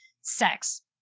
sex